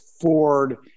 Ford